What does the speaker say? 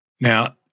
Now